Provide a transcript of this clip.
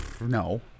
no